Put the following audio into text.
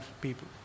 people